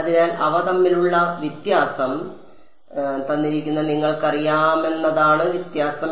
അതിനാൽ അവ തമ്മിലുള്ള വ്യത്യാസം നിങ്ങൾക്കറിയാമെന്നതാണ് വ്യത്യാസം